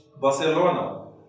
Barcelona